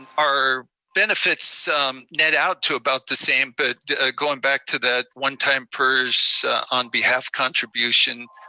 and our benefits met out to about the same, but going back to that one time pers on-behalf contribution,